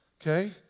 Okay